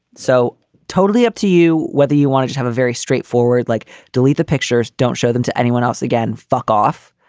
so totally up to you, whether you wanted to have a very straightforward like delete the pictures, don't show them to anyone else again. fuck off.